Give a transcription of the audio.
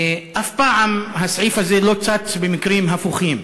אף פעם הסעיף הזה לא צץ במקרים הפוכים.